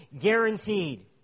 guaranteed